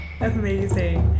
amazing